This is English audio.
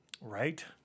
Right